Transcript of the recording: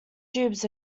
tubes